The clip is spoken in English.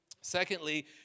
Secondly